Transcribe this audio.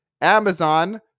Amazon